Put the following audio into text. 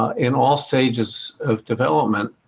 in all stages of development